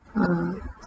ah